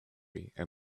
bakery